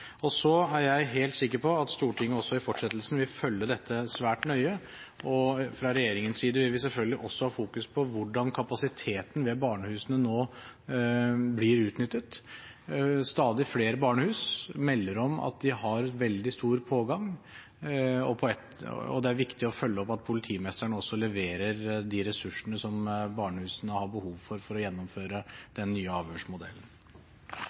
Så er jeg helt sikker på at Stortinget også i fortsettelsen vil følge dette svært nøye, og fra regjeringens side vil vi selvfølgelig også ha fokus på hvordan kapasiteten ved barnehusene nå blir utnyttet. Stadig flere barnehus melder om at de har veldig stor pågang, og det er viktig å følge opp at politimesterne også leverer de ressursene som barnehusene har behov for, for å gjennomføre den nye